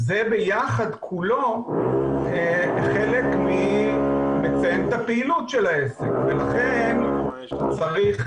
זה ביחד כולו מציין את הפעילות של העסק ולכן הוא צריך